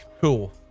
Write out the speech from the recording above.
cool